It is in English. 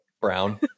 brown